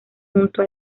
junto